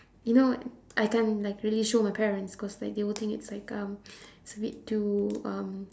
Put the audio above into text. you know I can't like really show my parents because like they will think it's like um it's a bit too um